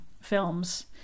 films